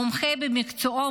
מומחה במקצועו,